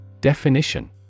Definition